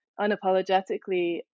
unapologetically